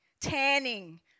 tanning